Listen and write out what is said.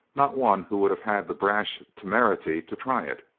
not one who would have had the brash temerity to try it.